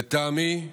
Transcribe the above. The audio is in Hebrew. לטעמי,